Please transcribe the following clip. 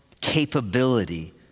capability